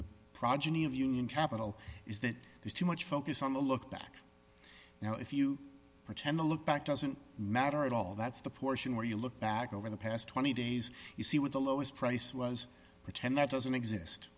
of union capital is that there's too much focus on the look back now if you pretend to look back doesn't matter at all that's the portion where you look back over the past twenty days you see what the lowest price was pretend that doesn't exist